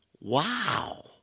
wow